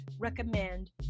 recommend